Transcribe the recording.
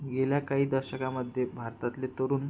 गेल्या काही दशकामध्ये भारतातले तरुण